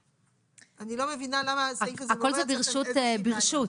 אני לא מבינה למה הסעיף הזה -- הכל צריך להיות "ברשות".